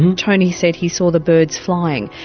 and tony said he saw the birds flying.